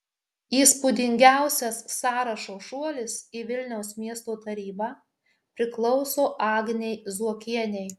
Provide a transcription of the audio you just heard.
įspūdingiausias sąrašo šuolis į vilniaus miesto tarybą priklauso agnei zuokienei